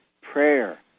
prayer